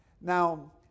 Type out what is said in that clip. Now